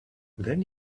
then